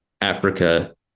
Africa